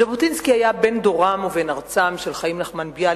ז'בוטינסקי היה בן דורם ובן ארצם של חיים נחמן ביאליק,